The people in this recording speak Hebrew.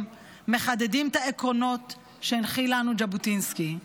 מחדדים את העקרונות שהנחיל לנו ז'בוטינסקי.